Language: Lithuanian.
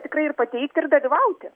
tikrai ir pateikti ir dalyvauti